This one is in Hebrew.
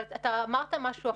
אבל אתה אמרת משהו אחר.